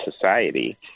society